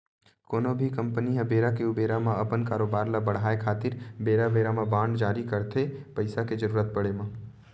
कोनो भी कंपनी ह बेरा के ऊबेरा म अपन कारोबार ल बड़हाय खातिर बेरा बेरा म बांड जारी करथे पइसा के जरुरत पड़े म